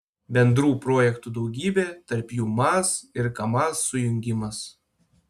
bendrų projektų daugybė tarp jų maz ir kamaz sujungimas